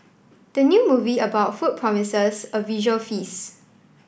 the new movie about food promises a visual feast